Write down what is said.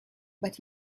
but